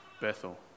Bethel